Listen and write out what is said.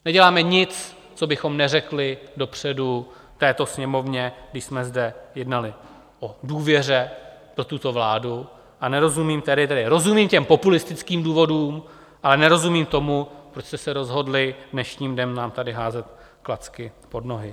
Neděláme nic, co bychom neřekli dopředu této Sněmovně, když jsme zde jednali o důvěře pro tuto vládu, a nerozumím tedy tedy rozumím těm populistickým důvodům, ale nerozumím tomu, proč jste se rozhodli dnešním dnem nám tady házet klacky pod nohy.